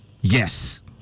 yes